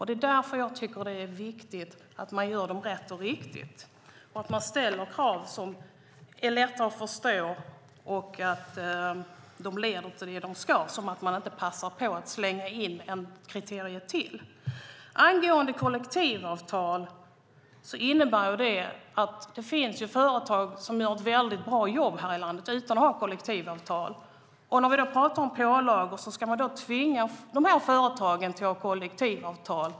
Det är därför det är viktigt att man gör dem rätt och riktigt, att man ställer krav som är lätta att förstå och att de leder till det dem ska och inte passar på att slänga in ett kriterium till. Det finns företag som gör ett bra jobb utan att ha kollektivavtal. Ska man tvinga dessa företag att ha kollektivavtal?